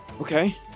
Okay